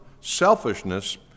selfishness